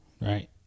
Right